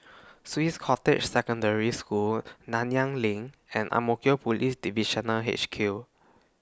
Swiss Cottage Secondary School Nanyang LINK and Ang Mo Kio Police Divisional H Q